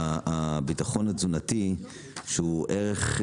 הביטחון התזונתי שהוא ערך,